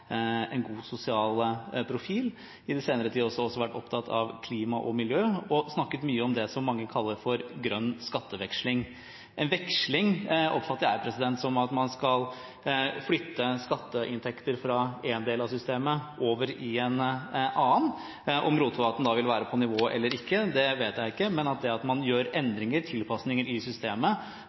en god sosial profil. De har i den senere tid også vært opptatt av klima og miljø og snakket mye om det som mange kaller for grønn skatteveksling, en veksling jeg oppfatter som at man skal flytte skatteinntekter fra en del av systemet over i en annen. Om Rotevatn da vil være på nivået eller ikke, vet jeg ikke, men det at man gjør endringer, tilpasninger, i systemet